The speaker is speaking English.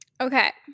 Okay